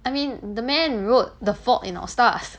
I mean the man wrote the fault in our stars